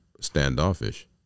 standoffish